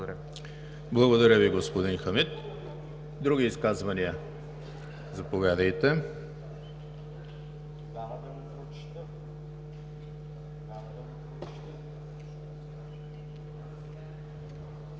Благодаря Ви, господин Хамид. Други изказвания? Заповядайте.